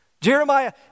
Jeremiah